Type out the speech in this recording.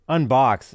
Unbox